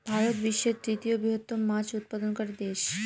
ভারত বিশ্বের তৃতীয় বৃহত্তম মাছ উৎপাদনকারী দেশ